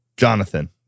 Jonathan